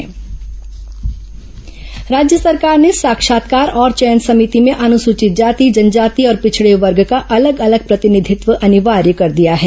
चयन समिति प्रतिनिधित्व राज्य सरकार ने साक्षात्कार और चयन समिति में अनुसूचित जाति जनजाति और पिछड़े वर्ग का अलग अलग प्रतिनिधित्व अनिवार्य कर दिया है